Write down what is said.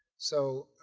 so